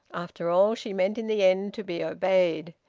after all, she meant in the end to be obeyed.